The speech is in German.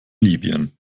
libyen